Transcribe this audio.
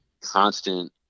constant